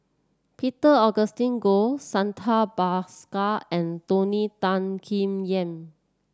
Peter Augustine Goh Santha Bhaskar and Tony Tan Keng Yam